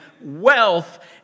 wealth